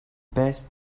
best